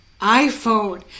iPhone